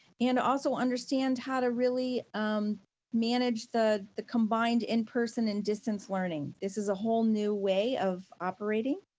and also understand how to really manage the the combined in-person and distance learning. this is a whole new way of operating.